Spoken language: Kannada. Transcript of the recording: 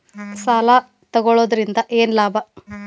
ಸಾಲ ತಗೊಳ್ಳುವುದರಿಂದ ಏನ್ ಲಾಭ?